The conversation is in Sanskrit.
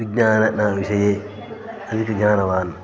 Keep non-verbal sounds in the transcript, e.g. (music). विज्ञानविषये (unintelligible) ज्ञानवान्